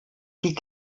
die